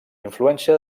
influència